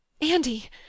Andy